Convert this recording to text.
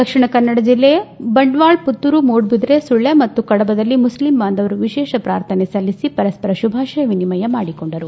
ದಕ್ಷಿಣ ಕನ್ನಡ ಜಿಲ್ಲೆಯ ಬಂಟ್ವಾಳ ಪುತ್ತೂರು ಮೂಡುಬಿದಿರೆ ಸುಳ್ಯ ಮತ್ತು ಕಡಬದಲ್ಲಿ ಮುಷ್ಲಿಂ ಬಾಂಧವರು ವಿಶೇಷ ಪ್ರಾರ್ಥನೆ ನಂತರ ಪರಸ್ವರ ಶುಭಾಶಯ ವಿನಿಮಯ ಮಾಡಿಕೊಂಡರು